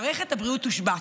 מערכת הבריאות תושבת.